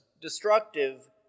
destructive